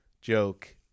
joke